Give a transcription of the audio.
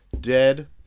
dead